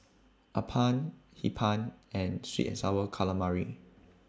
Appam Hee Pan and Sweet and Sour Calamari